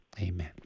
Amen